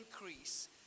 increase